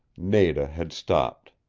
nada had stopped.